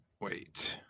wait